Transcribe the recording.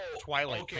Twilight